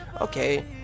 Okay